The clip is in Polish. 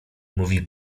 mówi